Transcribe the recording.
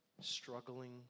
struggling